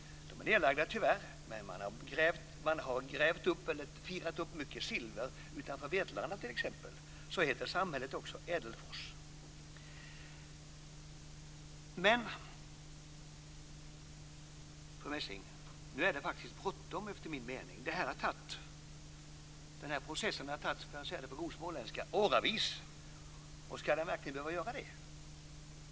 De är nedlagda tyvärr, men man har filat fram mycket silver utanför t.ex. Vetlanda. Så heter samhället också Ädelfors. Men, fru Messing, nu är det faktiskt bråttom enligt min mening. Den här processen har tagit, för att säga det på god småländska, åravis. Ska den verkligen behöva göra det?